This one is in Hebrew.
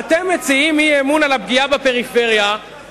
אתה בעד מדינה פלסטינית או נגד?